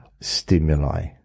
stimuli